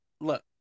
look